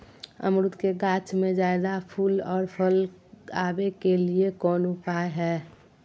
अमरूद के गाछ में ज्यादा फुल और फल आबे के लिए कौन उपाय है?